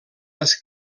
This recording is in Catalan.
les